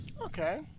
Okay